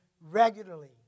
regularly